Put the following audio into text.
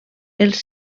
els